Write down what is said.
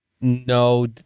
No